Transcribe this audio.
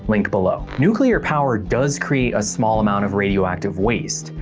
link below. nuclear power does create a small amount of radioactive waste,